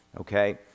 okay